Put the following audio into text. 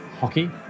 Hockey